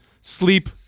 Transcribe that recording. sleep